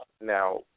Now